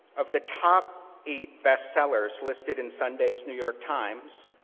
of the top eight bestsellers listed in sunday's new york times,